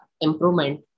improvement